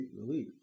relief